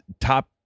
top